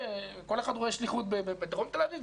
כל אחד רואה שליחות בדרום תל אביב,